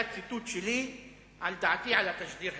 היה ציטוט שלי על דעתי על התשדיר הזה.